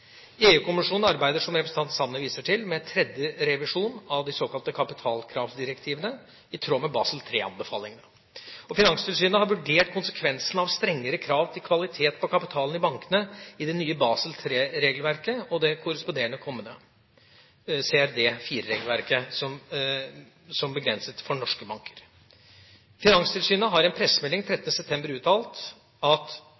arbeider, som representanten Sanner viser til, med en tredje revisjon av de såkalte kapitalkravsdirektivene, i tråd med Basel III-anbefalingene. Finanstilsynet har vurdert konsekvensene av strengere krav til kvalitet på kapitalen i bankene i det nye Basel III-regelverket og det korresponderende kommende CRD IV-regelverket som begrenset for norske banker. Finanstilsynet har i en